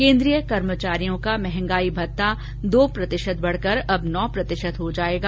केन्द्रीय कर्मचारियों का मंहगाई भत्ता दो प्रतिशत बढकर अब नौ प्रतिशत हो जाएगा